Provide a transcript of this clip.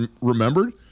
remembered